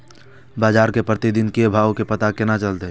बजार के प्रतिदिन के भाव के पता केना चलते?